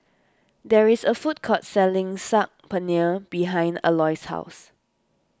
there is a food court selling Saag Paneer behind Aloys' house